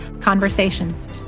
conversations